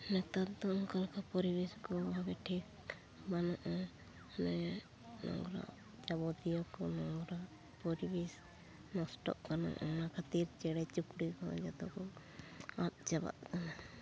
ᱱᱮᱛᱟᱨ ᱫᱚ ᱚᱱᱠᱟ ᱞᱮᱠᱟ ᱯᱚᱨᱤᱵᱮᱥ ᱠᱚ ᱵᱷᱟᱜᱮ ᱴᱷᱤᱠ ᱵᱟᱹᱱᱩᱜᱼᱟ ᱱᱤᱭᱟᱹ ᱱᱚᱝᱨᱟ ᱡᱟᱵᱚᱛᱤᱭᱚ ᱠᱚ ᱱᱚᱝᱨᱟ ᱯᱚᱨᱤᱵᱮᱥ ᱱᱚᱥᱴᱚᱜ ᱠᱟᱱᱟ ᱚᱱᱟ ᱠᱷᱟᱹᱛᱤᱨ ᱪᱮᱬᱮ ᱪᱩᱯᱲᱤ ᱠᱚ ᱡᱚᱛᱚ ᱠᱚ ᱟᱫ ᱪᱟᱵᱟᱜ ᱠᱟᱱᱟ